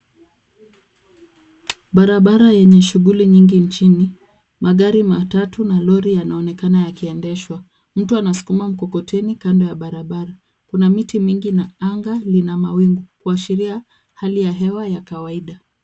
Barabara yenye shughuli nyingi nchini. Magari matatu na lori yanaonekana yakiendeshwa. Mtu anasukuma mkokoteni kando ya barabara. Kuna miti mingi na anga lina mawingu kuashiria hali ya hewa ya kawaida.